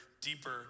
deeper